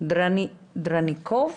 דרניקוב